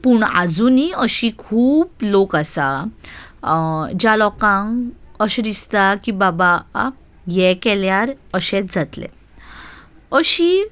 पूण आजुनी अशे खूब लोक आसा ज्या लोकांक अशें दिसता की बाबा हें केल्यार अशेंच जातलें अशी